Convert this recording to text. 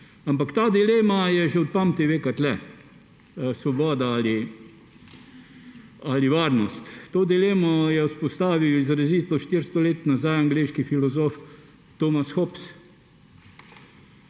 Ampak ta dilema je že od pameti veka tukaj: svoboda ali varnost. To dilemo je vzpostavil izrazito 400 let nazaj angleški filozof Thomas Hobbes.